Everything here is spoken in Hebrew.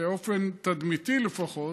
באופן תדמיתי לפחות,